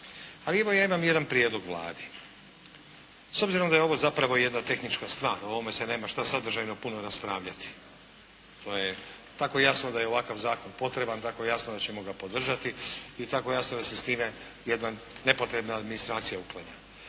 ja imam jedan prijedlog Vladi. S obzirom da je ovo zapravo jedna tehnička stvar, o ovome se nema šta sadržajno puno raspravljati, to je tako jasno da je ovakav zakon potreban, tako je jasno da ćemo ga podržati i tako je jasno da se s time jedna nepotrebna administracija uklanja.